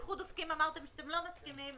איחוד עוסקים אמרתם שאתם לא מסכימים,